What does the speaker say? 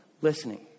listening